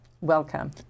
Welcome